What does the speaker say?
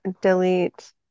delete